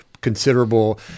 considerable